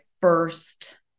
first